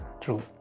true